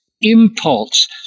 impulse